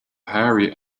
hairy